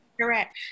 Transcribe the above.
Correct